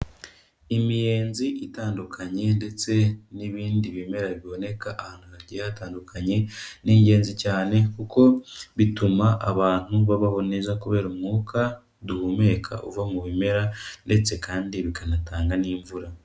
Imiyenzi itandukanye ndetse n'ibindi bimera biboneka ahantu hagiye hatandukanye, ni ingenzi cyane kuko bituma abantu babaho neza kubera umwuka duhumeka uva mu bimera ndetse kandi bikanatanga n'imvura.